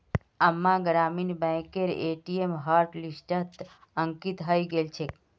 अम्मार ग्रामीण बैंकेर ए.टी.एम हॉटलिस्टत अंकित हइ गेल छेक